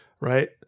right